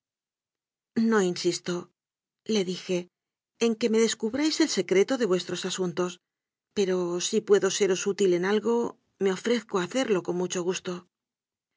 y conmovedor no insistole dijeen que me descubráis el secreto de vuestros asuntos pero si puedo seros útil en algo me ofrezco a hacerlo con mucho gusto